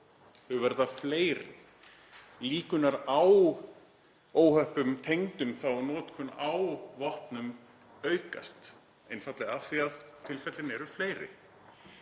þau verða fleiri. Líkurnar á óhöppum tengdum notkun á vopnum aukast einfaldlega af því að tilfellin eru fleiri.